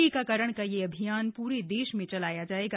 टीकाकरण का यह अभियान पूरे देश में चलाया जायेगा